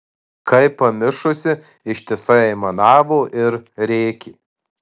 kaip pamišusi ištisai aimanavo ir rėkė